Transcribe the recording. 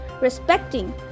respecting